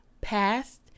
past